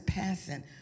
passing